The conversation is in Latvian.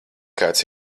kāds